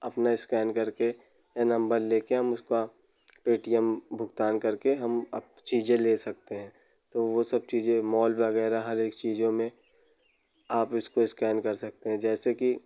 अपना स्कैन करके या नम्बर लेकर हम उसका पेटीएम भुगतान करके हम अब चीज़ें ले सकते हैं तो वो सब चीज़ें मॉल वगैरह हर एक चीज़ों में आप इसको स्कैन कर सकते हैं जैसे कि